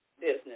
business